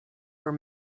were